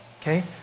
okay